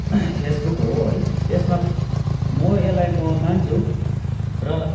Facebook हो है यसमा म यसलाई म मान्छु र